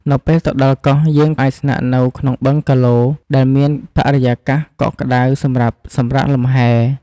នៅពេលទៅដល់កោះ យើងអាចស្នាក់នៅក្នុងបឹងហ្គាឡូ ដែលមានបរិយាកាសកក់ក្ដៅសម្រាប់សម្រាកលំហែ។